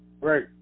Right